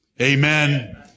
Amen